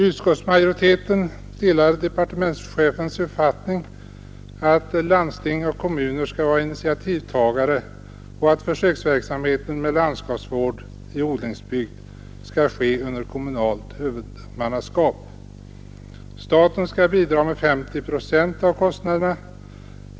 Utskottsmajoriteten delar departementschefens uppfattning att landsting och kommuner skall vara initiativtagare och att försöksverksamheten med landskapsvård i odlingsbygd skall ske under kommunalt huvudmannaskap. Staten skall bidraga med 50 procent av kostnaderna.